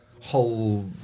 whole